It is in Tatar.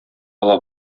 ала